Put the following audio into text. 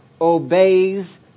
obeys